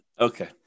Okay